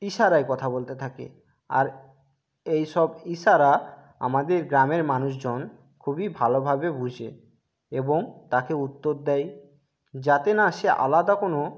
ইশারায় কথা বলতে থাকে আর এইসব ইশারা আমাদের গ্রামের মানুষজন খুবই ভালোভাবে বোঝে এবং তাকে উত্তর দেয় যাতে না সে আলাদা কোনো